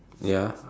ya